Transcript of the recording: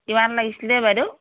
কিমান লাগিছিলে বাইদেউ